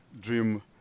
Dream